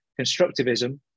constructivism